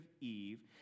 Eve